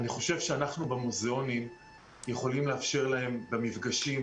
אני חושב שאנחנו במוזיאונים יכולים לאפשר להם במפגשים,